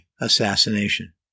assassination